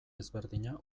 ezberdina